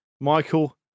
Michael